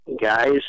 guys